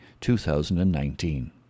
2019